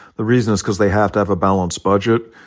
the reason is because they have to have a balanced budget.